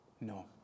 No